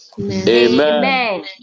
Amen